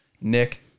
nick